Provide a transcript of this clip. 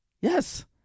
Yes